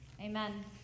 Amen